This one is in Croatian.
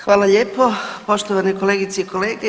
Hvala lijepo poštovane kolegice i kolege.